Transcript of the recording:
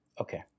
Okay